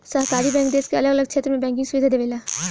सहकारी बैंक देश के अलग अलग क्षेत्र में बैंकिंग सुविधा देवेला